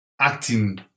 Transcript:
acting